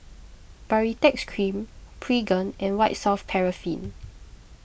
Baritex Cream Pregain and White Soft Paraffin